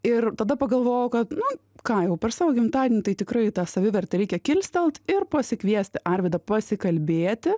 ir tada pagalvojau kad nu ką jau per savo gimtadienį tai tikrai tą savivertę reikia kilstelt ir pasikviesti arvydą pasikalbėti